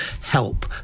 help